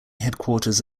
headquarters